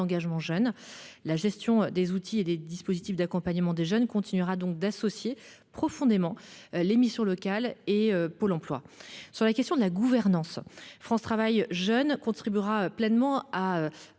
d'engagement jeune (CEJ). La gestion des outils et des dispositifs d'accompagnement continuera donc d'associer étroitement les missions locales et Pôle emploi. Pour ce qui concerne la gouvernance, France Travail jeunes contribuera pleinement à